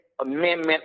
Amendment